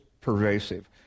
pervasive